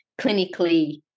clinically